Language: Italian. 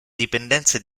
dipendenze